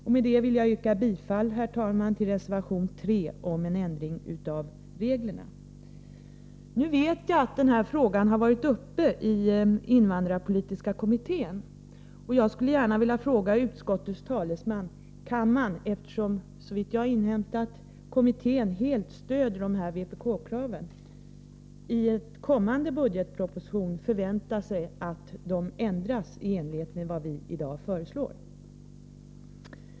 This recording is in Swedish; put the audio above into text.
Med det änförda vill jag yrka bifall till reservation 3 om en ändring av reglerna. Nu vet jag att den här frågan har varit uppe i invandrarpolitiska kommittén. Jag skulle gärna vilja fråga utskottets talesman: Kan man — eftersom kommittén, såvitt jag inhämtat, helt stöder de här vpk-kraven i en kommande budgetproposition förvänta sig att dessa regler ändras i enlighet med vad vi i dag föreslår?